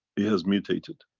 it has mutated.